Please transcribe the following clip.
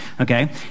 Okay